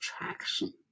attraction